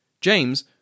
James